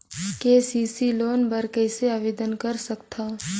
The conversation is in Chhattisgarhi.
के.सी.सी लोन बर कइसे आवेदन कर सकथव?